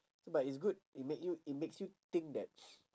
so but is good it make you it makes you think that